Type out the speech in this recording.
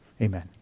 Amen